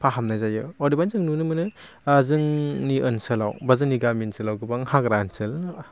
फाहामनाय जायो अदेबानि जों नुनो मोनो जोंनि ओनसोलाव बा जोंनि गामि ओनसोलाव गोबां हाग्रा ओनसोल